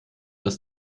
das